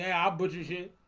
yeah ah budget.